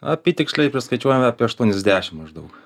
apytiksliai priskaičiuojame apie aštuoniasdešim maždaug